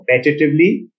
competitively